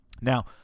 Now